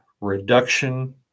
reduction